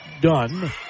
done